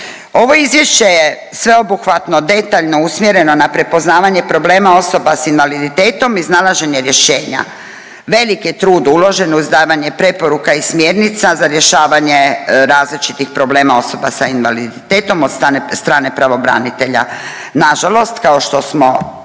Ovo izvješće je sveobuhvatno, detaljno usmjereno na prepoznavanje problema osoba sa invaliditetom, iznalaženje rješenja. Velik je trud uložen uz davanje preporuka i smjernica za rješavanje različitih problema osoba sa invaliditetom od strane pravobranitelja. Na žalost kao što smo